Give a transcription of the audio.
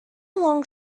long